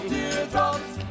Teardrops